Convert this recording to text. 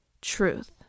truth